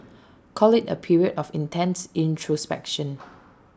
call IT A period of intense introspection